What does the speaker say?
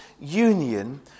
union